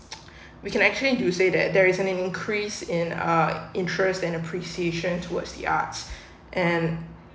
we can actually do say that there is an increase in our interest in appreciation towards the arts and and